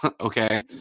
Okay